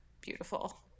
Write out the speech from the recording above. beautiful